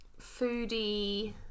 foodie